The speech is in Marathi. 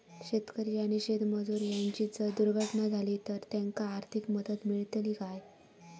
शेतकरी आणि शेतमजूर यांची जर दुर्घटना झाली तर त्यांका आर्थिक मदत मिळतली काय?